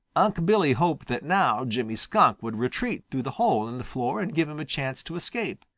unc' billy hoped that now jimmy skunk would retreat through the hole in the floor and give him a chance to escape.